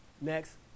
next